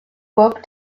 woke